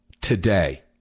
today